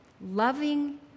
loving